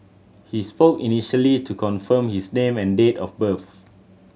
he spoke initially to confirm his name and date of birth